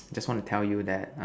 just want to tell you that